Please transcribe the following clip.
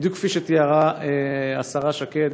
בדיוק כפי שתיארה השרה שקד,